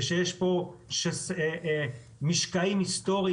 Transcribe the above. ויש פה משקעים היסטוריים,